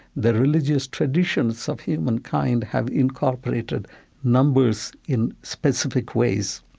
the religious traditions of humankind have incorporated numbers in specific ways.